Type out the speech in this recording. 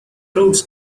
routes